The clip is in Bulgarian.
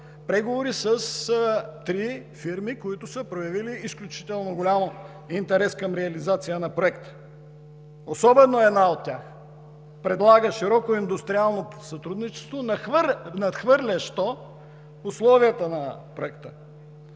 преговори с три фирми, които са проявили изключително голям интерес към реализация на проекта, особено една от тях предлага широко индустриално сътрудничество, надхвърлящо условията на Проекта,